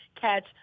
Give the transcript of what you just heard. catch